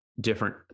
different